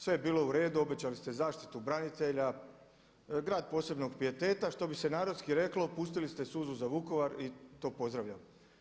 Sve je bilo uredu, obećali ste zaštitu branitelja, grad posebnog pijeteta što bi se narodski reklo, pustili ste suzu za Vukovar i to pozdravljam.